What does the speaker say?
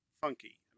funky